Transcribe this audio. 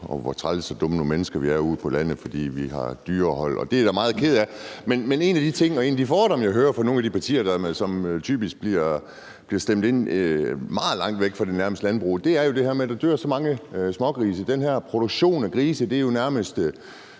om hvilke trælse og dumme mennesker vi ude på landet er, fordi vi har dyrehold. Det er jeg da meget ked af. Men en af de ting og en af de fordomme, jeg hører fra nogle af de partier, som typisk bliver stemt ind meget langt væk fra et landbrug, er jo det her med, at der dør så mange smågrise, og at den her produktion af grise nærmest